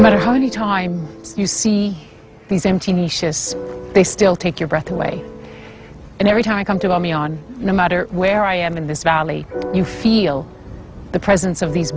matter how many times you see these empty shifts they still take your breath away and every time i come to army on no matter where i am in this valley you feel the presence of these